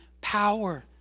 power